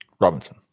Robinson